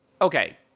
okay